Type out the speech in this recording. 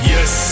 Yes